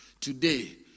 today